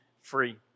free